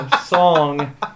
song